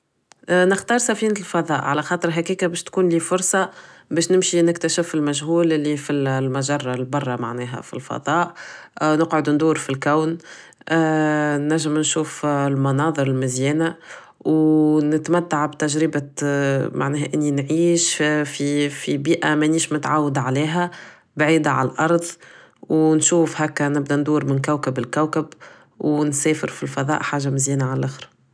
نختار سفينة الفضاء علخاطر هكاك بش تكون لي فرصة بش نمشي نكتشف المجهول اللي فالمجرة البرا معناها فالفضاء نقعد ندور فالكون نجم نشوف المناظر المزيانة و نتمتع بتجربة معناها اني نعيش في بيئة منيش متعودة عليها بعيدة عل ارض و نشوف هكا نبدا ندور من موكب لكوكب و نسافر فالفضاء حاجة مزيانة علخر